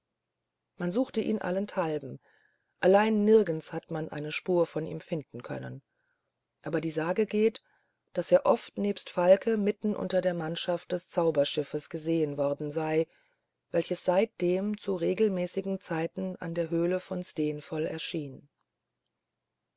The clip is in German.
man suchte ihn allenthalben allein nirgends hat man eine spur von ihm finden können aber die sage geht daß er oft nebst falke mitten unter der mannschaft des zauberschiffes gesehen worden sei welches seitdem zu regelmäßigen zeiten an der höhle von steenfoll erschien